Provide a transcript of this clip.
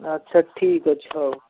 ଆଚ୍ଛା ଠିକ୍ ଅଛି ହଉ